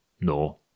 No